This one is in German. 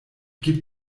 gib